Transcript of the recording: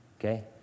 okay